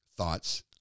thoughts